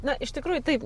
na iš tikrųjų taip